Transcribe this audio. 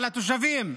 על התושבים.